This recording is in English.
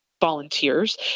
volunteers